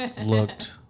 looked